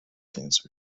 cancer